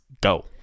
go